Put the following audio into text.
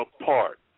apart